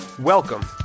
Welcome